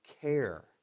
care